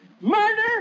Murder